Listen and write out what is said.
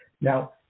Now